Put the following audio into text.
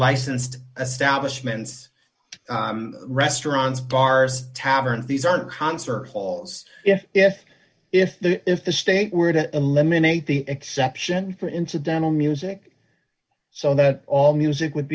licensed establishments restaurants bars taverns these are concert halls if if if if the state were to eliminate the exception for into dental music so that all music would